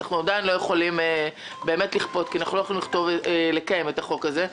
אנחנו עדיין לא יכולים לכפות כי אנחנו לא יכולים לקיים את החוק הזה.